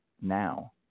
now